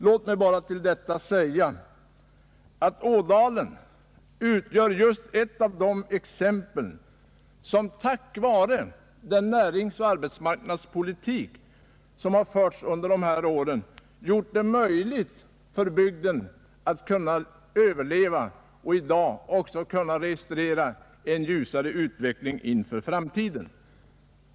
Låt mig bara till detta säga, att just Ådalen utgör exempel på en bygd som tack vare den näringsoch arbetsmarknadspolitik som förts här i landet under senare år kunnat överleva och som i dag kan registrera en ljusare utveckling inför framtiden.